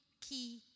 key